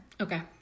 Okay